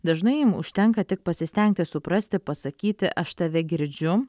dažnai užtenka tik pasistengti suprasti pasakyti aš tave girdžiu